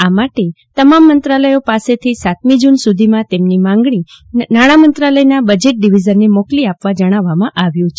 આ માટે તમામ મંત્રાલયો પાસેથી સાતમી જુન સુધીમાં તેમની માંગણી નાણામંત્રાલયના બજેટ ડિવીઝનને મોકલી આપવા જણાવવામાં આવ્યુ છે